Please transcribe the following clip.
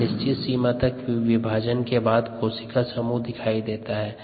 एक निश्चित सीमा तक विभाजन के बाद कोशिका समूह दिखाई देते हैं